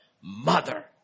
Mother